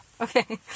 Okay